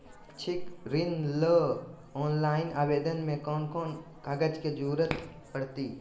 शैक्षिक ऋण ला ऑनलाइन आवेदन में कौन कौन कागज के ज़रूरत पड़तई?